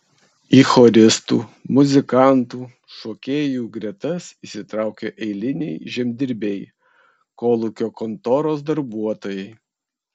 į choristų muzikantų šokėjų gretas įsitraukė eiliniai žemdirbiai kolūkio kontoros darbuotojai